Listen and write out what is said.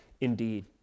indeed